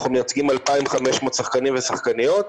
אנחנו מייצגים 2,500 שחקנים ושחקניות,